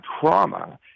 trauma